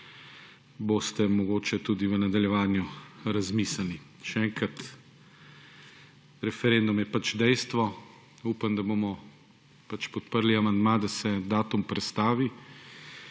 boste mogoče tudi v nadaljevanju razmislili. Še enkrat, referendum je pač dejstvo. Upam, da bomo pač podprli amandma, da se datum prestavi,